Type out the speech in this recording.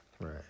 Right